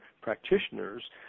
practitioners